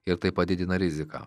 ir tai padidina riziką